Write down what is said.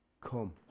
Come